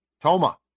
Toma